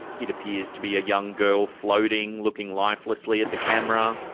it appears to be a young girl floating, looking lifelessly at the camera.